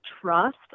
trust